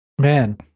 Man